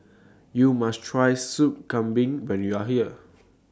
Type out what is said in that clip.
YOU must Try Soup Kambing when YOU Are here